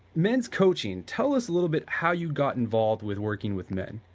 men's coaching, tell us tittle bit how you got involved with working with men